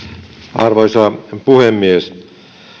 arvoisa puhemies